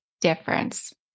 difference